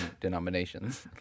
denominations